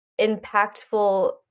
impactful